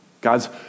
God's